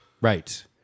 right